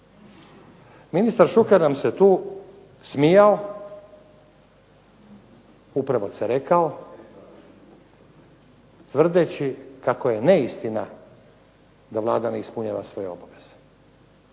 Ministar Šuker nam se tu smijao upravo cerekao tvrdeći kako je neistina da Vlada ne ispunjava svoje obaveze.